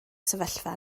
sefyllfa